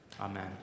Amen